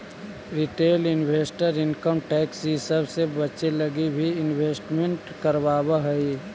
retail investor income tax इ सब से बचे लगी भी इन्वेस्टमेंट करवावऽ हई